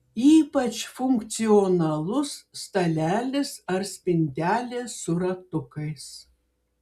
ypač funkcionalus stalelis ar spintelė su ratukais